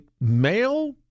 male